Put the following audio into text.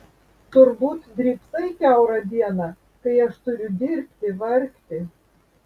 turbūt drybsai kiaurą dieną kai aš turiu dirbti vargti